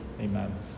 Amen